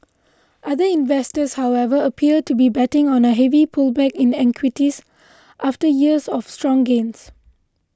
other investors however appear to be betting on a heavy pullback in equities after years of strong gains